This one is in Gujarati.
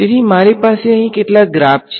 તેથી મારી પાસે અહીં કેટલાક ગ્રાફ છે